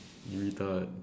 you retard